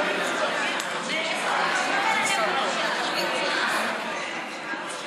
הרחבת תקופת הצינון במעבר לשדלנות בכנסת),